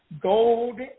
gold